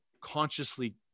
consciously